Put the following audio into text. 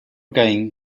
caín